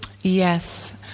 Yes